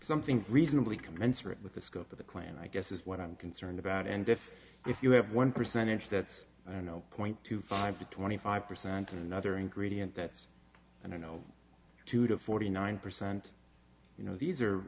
something reasonably commensurate with the scope of the clan i guess is what i'm concerned about and if if you have one percentage that i don't know point two five to twenty five percent another ingredient that i don't know two to forty nine percent you know these are